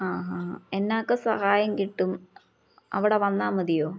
ആ ഹാ എന്നക്ക് സഹായം കിട്ടും അവിടെ വന്നാ മതിയോ